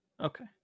Okay